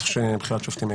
להיות